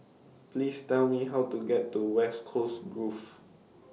Please Tell Me How to get to West Coast Grove